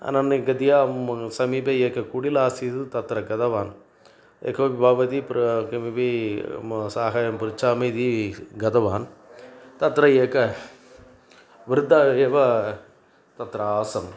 अनन्यगत्या समीपे एक कुटीरासीत् तत्र गतवान् य कोपि भवति प्र किमपि अहं साहायं पृच्छामि इति गतवान् तत्र एकः वृद्धः एव तत्र आसन्